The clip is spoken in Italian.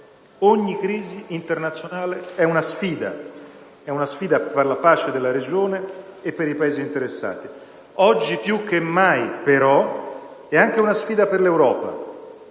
Ogni crisi internazionale è una sfida per la pace della regione e dei Paesi interessati. Oggi, però, più che mai è anche una sfida per l'Europa,